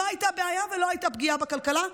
לא הייתה בעיה ולא הייתה פגיעה בכלכלה.